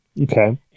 okay